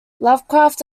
lovecraft